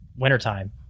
Wintertime